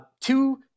Two